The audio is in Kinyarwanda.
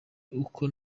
uko